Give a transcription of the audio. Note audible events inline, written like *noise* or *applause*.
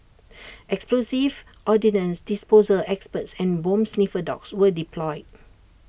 *noise* explosives ordnance disposal experts and bomb sniffer dogs were deployed